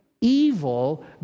evil